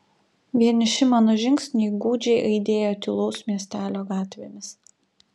vieniši mano žingsniai gūdžiai aidėjo tylaus miestelio gatvėmis